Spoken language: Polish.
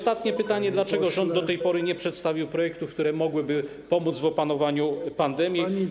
Ostatnie pytanie: Dlaczego rząd do tej pory nie przedstawił projektów, które mogłyby pomóc w opanowaniu pandemii?